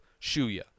Shuya